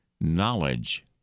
knowledge